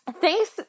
Thanks